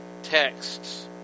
Texts